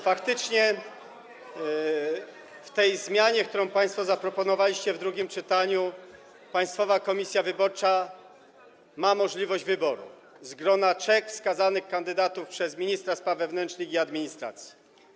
Faktycznie w tej zmianie, którą państwo zaproponowaliście w drugim czytaniu, Państwowa Komisja Wyborcza ma możliwość wyboru szefa z grona trzech kandydatów wskazanych przez ministra spraw wewnętrznych i administracji.